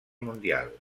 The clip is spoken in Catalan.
mundial